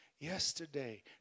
yesterday